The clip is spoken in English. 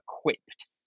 equipped